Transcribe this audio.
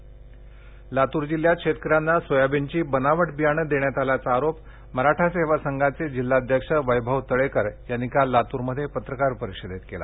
लातूर लातूर जिल्ह्यात शेतकऱ्यांना सोयाबीनची बनावट बियाणे देण्यात आल्याचा आरोप मराठा सेवा संघाचे जिल्हाध्यक्ष वैभव तळेकर यांनी काल लातूरमध्ये पत्रकार परिषदेत केला